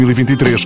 2023